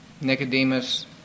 Nicodemus